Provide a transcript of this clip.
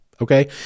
okay